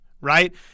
right